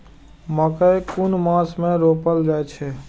मकेय कुन मास में रोपल जाय छै?